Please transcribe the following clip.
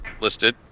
Listed